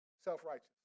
self-righteous